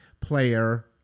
player